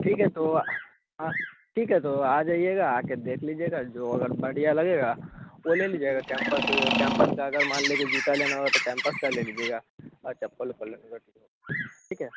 ठीक है तो हाँ ठीक है तो आ जाइएगा आके देख लीजिएगा जो अगर बढ़िया लगेगा वह ले लीजिएगा कैम्पस कैम्पस का अगर मान ले कि जूता लेना हो तो कैम्पस का ले लीजिएगा और चप्पल वप्पल ठीक है